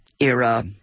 era